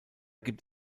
gibt